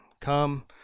Come